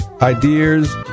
ideas